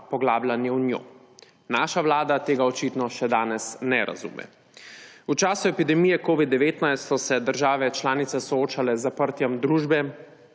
poglabljanjem v njo. Naša vlada tega očitno še danes ne razume. V času epidemije covida-19 so se države članice soočale z zaprtjem družbe,